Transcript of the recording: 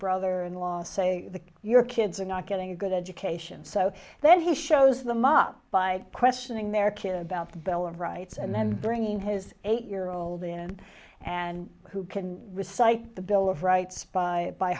brother in law saying your kids are not getting a good education so then he shows them up by questioning their kid about the bill of rights and then bringing his eight year old in and who can recite the bill of rights by by